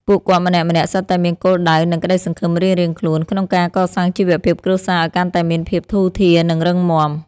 ពួកគាត់ម្នាក់ៗសុទ្ធតែមានគោលដៅនិងក្ដីសង្ឃឹមរៀងៗខ្លួនក្នុងការកសាងជីវភាពគ្រួសារឱ្យកាន់តែមានភាពធូរធារនិងរឹងមាំ។